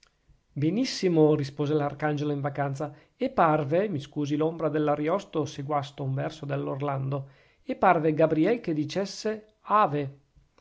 benissimo rispose l'arcangelo in vacanza e parve mi scusi l'ombra dell'ariosto se guasto un verso all'orlando e parve gabriel che dicesse ave